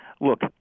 look